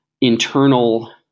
internal